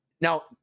Now